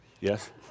Yes